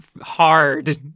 hard